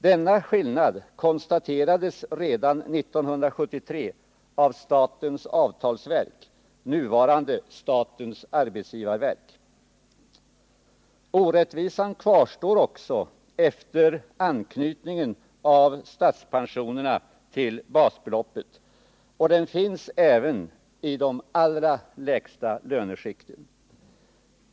Denna skillnad konstaterades redan 1973 av statens avtalsverk, nuvarande statens arbetsgivarverk. Orättvisan kvarstår också efter anknytningen av statspensionerna till basbeloppet, och den finns även i de allra lägsta löneskikten.